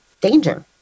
danger